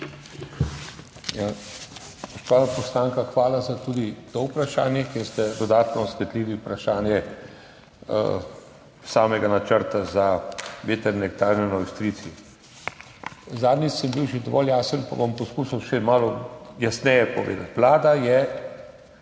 poslanka, hvala za tudi to vprašanje, kjer ste dodatno osvetlili vprašanje samega načrta za vetrne elektrarne na Ojstrici. Zadnjič sem bil že dovolj jasen, pa bom poskušal še malo jasneje povedati. Vlada je